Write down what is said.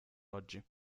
oggi